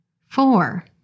four